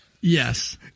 Yes